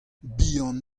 bihan